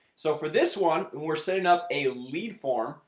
so for this one and we're setting up a lead form,